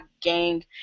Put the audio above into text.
gang